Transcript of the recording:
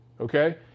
Okay